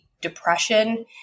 depression